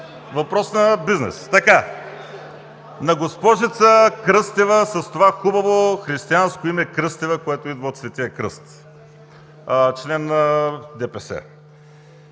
Въпрос на бизнес. (Шум и реплики.) На госпожица Кръстева с това хубаво християнско име Кръстева, което идва от Светия кръст – член на ДПС.